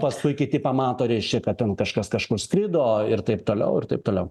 paskui kiti pamato reiškia kad ten kažkas kažkur skrido ir taip toliau ir taip toliau